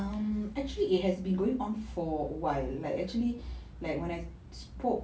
um actually it has been going on for a while like actually like when I spoke